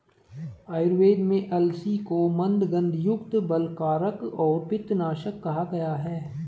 आयुर्वेद में अलसी को मन्दगंधयुक्त, बलकारक और पित्तनाशक कहा गया है